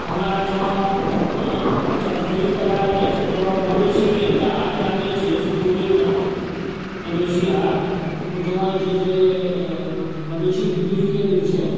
हमरा एहिठमा एकटा गुदड़ी बाजार अछि ओकर बाद मवेशीके एकटा हाट लागै छै सुपौलेमे मवेशी हाट ओहिठमा जे छै से मवेशी बिक्री केन्द्र छै